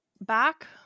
back